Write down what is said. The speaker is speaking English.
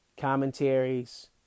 commentaries